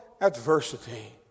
adversity